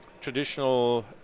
traditional